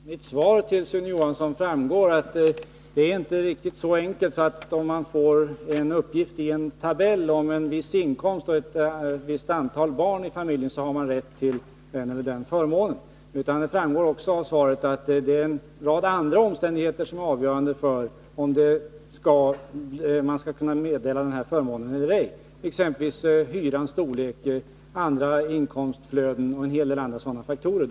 Herr talman! Av mitt svar till Sune Johansson framgår att det inte är riktigt så enkelt att man, när det gäller att få en förmån, bara kan utgå från en uppgift i en tabell, om man har en viss inkomst och ett visst antal barn i familjen. Jag säger i svaret att det är en rad andra omständigheter som är avgörande för om en förmån skall kunna medges eller ej — hyrans storlek, andra inkomstflöden och en hel del övriga faktorer.